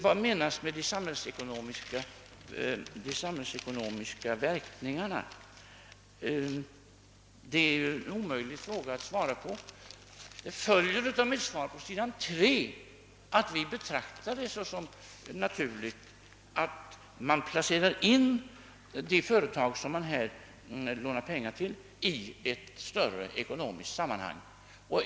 Vad menas med de samhällsekonomiska verkningarna? Det är en omöjlig fråga att besvara. Av mitt svar på s. 3 följer att vi betraktar det som naturligt att man placerar in de företag som man här lånar pengar till i ett större ekonomiskt sammanhang.